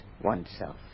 oneself